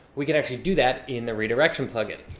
we can actually do that in the redirection plugin.